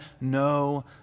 no